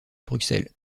bruxelles